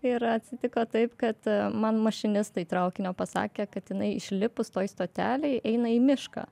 ir atsitiko taip kad man mašinistai traukinio pasakė kad jinai išlipus toj stotelėj eina į mišką